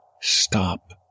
stop